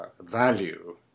value